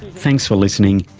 thanks for listening,